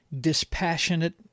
dispassionate